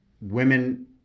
women